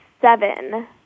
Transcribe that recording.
seven